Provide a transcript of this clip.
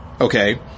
okay